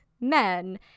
men